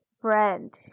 friend